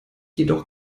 jedoch